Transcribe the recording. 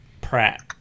pratt